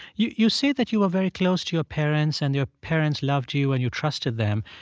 you you say that you were very close to your parents, and your parents loved you, and you trusted them.